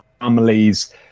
families